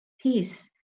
peace